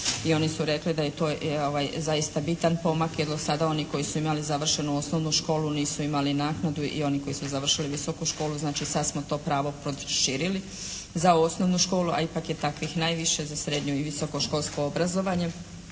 i oni su rekli da je to zaista bitan pomak, jer dosada oni koji su imali završenu osnovnu školu nisu imali naknadu, i oni koji su završili visoku školu. Znači sad smo to pravo proširili za osnovnu školu, a ipak je takvih najviše za srednju i visoko školsko obrazovanje.